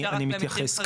אני מתייחס.